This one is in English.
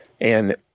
And-